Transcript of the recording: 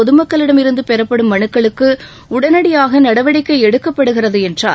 பொதுமக்களிடமிருந்து பெறப்படும் மனுக்குளுக்கு உடனடியாக நடவடிக்கை எடுக்கப்படுகிறது என்றார்